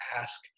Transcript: ask